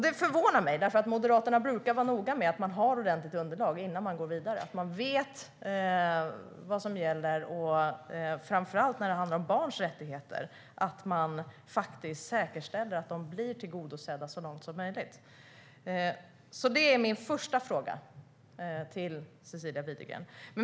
Det förvånar mig, för Moderaterna brukar vara noga med att ha ordentligt underlag innan man går vidare, att man vet vad som gäller och - framför allt när det handlar om barns rättigheter - säkerställer att de blir tillgodosedda så långt som möjligt. Det är min första fråga till Cecilia Widegren.